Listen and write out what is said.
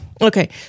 Okay